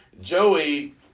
Joey